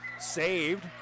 Saved